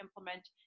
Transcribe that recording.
implement